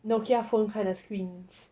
Nokia phone kind of screens